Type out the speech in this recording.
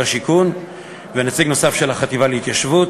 השיכון ונציג נוסף של החטיבה להתיישבות,